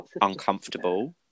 uncomfortable